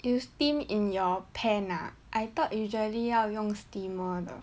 you steam in your pan ah I thought usually 要用 steamer 的